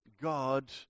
God